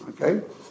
okay